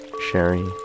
Sherry